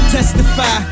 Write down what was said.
Testify